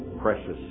precious